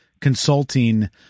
consulting